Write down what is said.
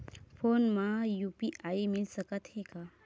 Phone मा UPI मिल सकत हे का?